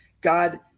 God